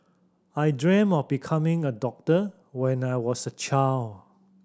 I dreamt of becoming a doctor when I was a child